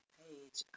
page